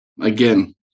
Again